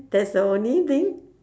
that's the only thing